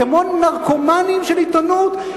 כמו נרקומנים של עיתונות,